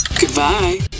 Goodbye